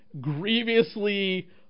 grievously